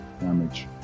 damage